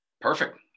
Perfect